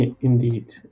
Indeed